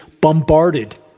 bombarded